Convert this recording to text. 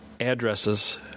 addresses